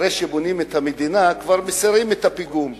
אחרי שבונים את המדינה, מסירים את הפיגום.